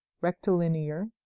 rectilinear